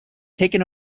taken